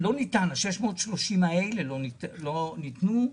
ה-630 האלה לא ניתנו.